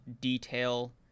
detail